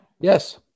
Yes